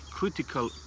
critical